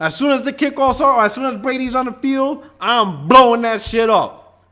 as soon as the kickoffs. ah alright soon as brady's on the field. i'm blowing that shit up